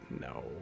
no